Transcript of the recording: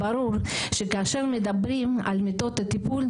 ברור שכאשר מדברים על מיטות טיפול,